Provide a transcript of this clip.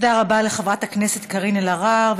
תודה רבה לחברת הכנסת קארין אלהרר.